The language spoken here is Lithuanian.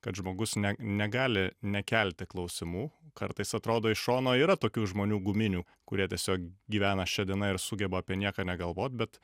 kad žmogus ne negali nekelti klausimų kartais atrodo iš šono yra tokių žmonių guminių kurie tiesiog gyvena šia diena ir sugeba apie nieką negalvot bet